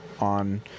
on